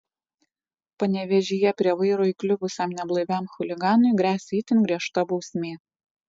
panevėžyje prie vairo įkliuvusiam neblaiviam chuliganui gresia itin griežta bausmė